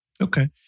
Okay